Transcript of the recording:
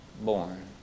born